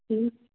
ٹھیٖک